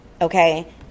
Okay